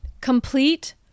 complete